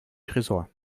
tresor